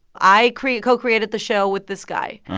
i create co-created the show with this guy.